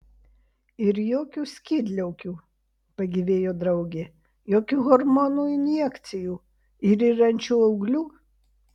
ir jokių skydliaukių pagyvėjo draugė jokių hormonų injekcijų ir yrančių auglių